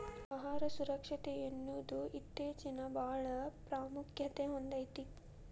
ಆಹಾರ ಸುರಕ್ಷತೆಯನ್ನುದು ಇತ್ತೇಚಿನಬಾಳ ಪ್ರಾಮುಖ್ಯತೆ ಹೊಂದೈತಿ